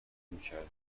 میکردی